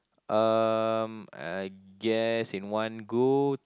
um I guess in one good